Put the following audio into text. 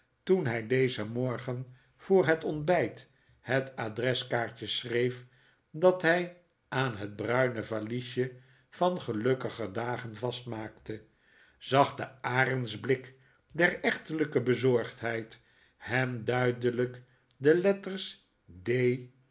toen hij dezen morgen voor het ontbijt het adreskaartje schreef dat hij aan het bruine valiesje van gelukkiger dagen vastmaakte zag de arendsblik der echtelijke bezorgdheid hem duidelijk de letters